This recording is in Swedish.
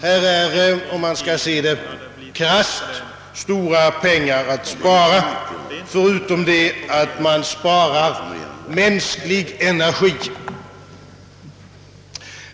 Här är, om man skall se det krasst, stora pengar att spara, förutom att man spar mänsklig energi.